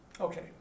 Okay